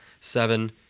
Seven